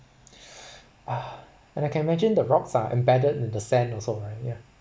uh and I can imagine the rocks are embedded in the sand also right ya